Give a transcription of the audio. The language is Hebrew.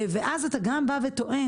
ואז אתה גם בא וטוען,